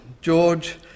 George